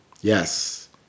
yes